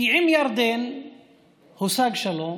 כי עם ירדן הושג שלום